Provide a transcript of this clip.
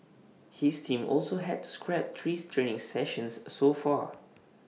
his team also had to scrap three training sessions so far